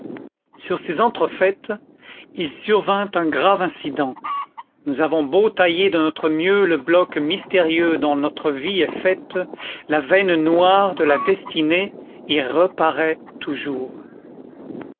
sur ces entrefaites il survint un grave incident nous avons beau tailler de notre mieux le bloc mystérieux dont notre vie est faite la veine noire de la destinée y reparaît toujours